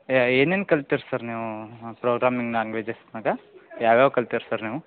ಯಾ ಏನೇನು ಕಲ್ತಿರಿ ಸರ್ ನೀವು ಪ್ರೋಗ್ರಾಮಿಂಗ್ ಲ್ಯಾಂಗ್ವೇಜಸ್ನಾಗ ಯಾವ್ಯಾವ ಕಲ್ತಿರಿ ಸರ್ ನೀವು